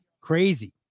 Crazy